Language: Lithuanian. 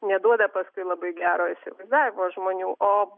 neduoda paskui labai gero įsivaizdavimo žmonių o